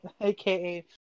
aka